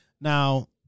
Now